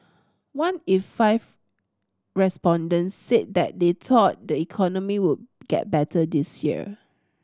one in five respondents said that they thought the economy would get better this year